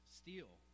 steal